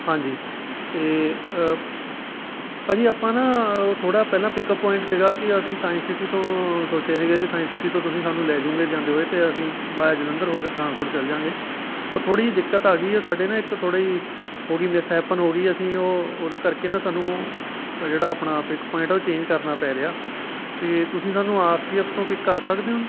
ਹਾਂਜੀ ਅਤੇ ਭਾਅ ਜੀ ਆਪਾਂ ਨਾ ਉਹ ਥੋੜ੍ਹਾ ਪਹਿਲਾਂ ਪਿਕਅੱਪ ਪੁਆਇੰਟ ਸੀਗਾ ਕਿ ਅਸੀਂ ਸਾਇੰਸ ਸਿਟੀ ਤੋਂ ਸੋਚਿਆ ਸੀਗਾ ਕਿ ਸਾਇੰਸ ਸਿਟੀ ਤੋਂ ਤੁਸੀਂ ਸਾਨੂੰ ਲੈ ਜੂਗੇ ਜਾਂਦੇ ਹੋਏ ਅਤੇ ਅਸੀਂ ਬਾਇਆ ਜਲੰਧਰ ਹੋ ਕੇ ਪਠਾਨਕੋਟ ਚੱਲ ਜਾਵਾਂਗੇ ਉਹ ਥੋੜ੍ਹੀ ਜਿਹੀ ਦਿੱਕਤ ਆ ਗਈ ਸਾਡੇ ਨਾ ਇੱਕ ਥੋੜ੍ਹਾ ਹੀ ਹੋ ਗਈ ਮਿਸਹੈਪਨ ਹੋ ਗਈ ਅਸੀਂ ਉਹ ਉਹਦੇ ਕਰਕੇ ਨਾ ਸਾਨੂੰ ਜਿਹੜਾ ਆਪਣਾ ਆਪ ਪਿਕ ਪੁਆਇੰਟ ਆ ਉਹ ਚੇਂਜ ਕਰਨਾ ਪੈ ਰਿਹਾ ਅਤੇ ਤੁਸੀਂ ਸਾਨੂੰ ਆਰ ਸੀ ਐਫ ਤੋਂ ਪਿੱਕ ਕਰ ਸਕਦੇ ਹੋ